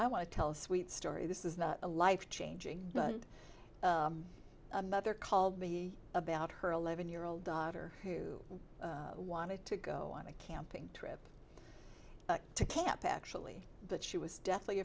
i want to tell a sweet story this is a life changing a mother called me about her eleven year old daughter who wanted to go on a camping trip camp actually but she was deathly